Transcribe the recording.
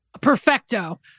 Perfecto